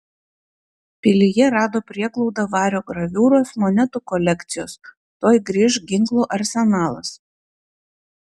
pilyje rado prieglaudą vario graviūros monetų kolekcijos tuoj grįš ginklų arsenalas